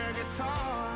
guitar